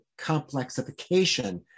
complexification